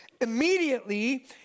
immediately